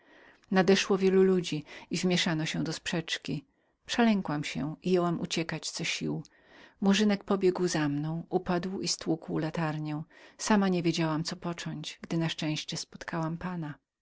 nadeszło wiele ludzi i wmieszało się do sprzeczki przelękłam się i jęłam uciekać co siły murzynek pobiegł za mną upadł i stłukł latarnię sama niewiedziałam co począć gdy na szczęście spotkałam pana